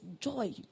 joy